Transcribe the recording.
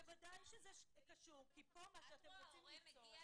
בוודאי שזה קשור כי פה מה שאתם רוצים ליצור --- את רואה הורה מגיע